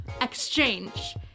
Exchange